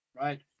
Right